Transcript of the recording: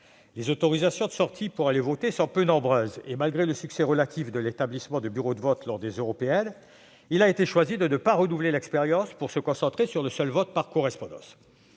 Les autorisations de sortie pour aller voter sont peu nombreuses. Malgré le succès relatif de l'établissement de bureaux de vote lors des élections européennes, il a été décidé de ne pas renouveler l'expérience pour se concentrer sur le seul vote par correspondance.